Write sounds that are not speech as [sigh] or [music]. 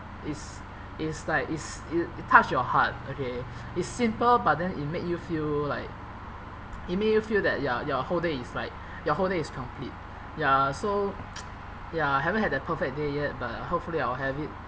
is is like is it it touch your heart okay it's simple but then it make you feel like it make you feel that your your whole day is like your whole day is complete ya so [noise] haven't had that perfect day yet but hopefully I will have it